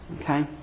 Okay